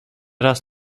raz